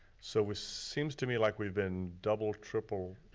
so it seems to me like we've been double, triple